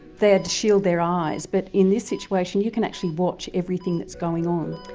they'd shield their eyes, but in this situation you can actually watch everything that's going on.